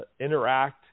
interact